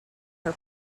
her